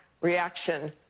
reaction